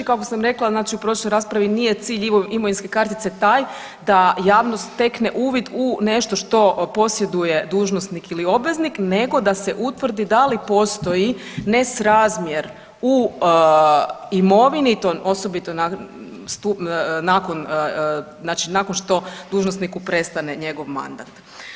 Kako sam rekla znači u prošlo raspravi nije cilj imovinske kartice taj da javnost stekne uvid u nešto što posjeduje dužnosnik ili obveznik nego da se utvrdi da li postoji nesrazmjer u imovini to osobito nakon, znači nakon što dužnosniku prestanke njegov mandat.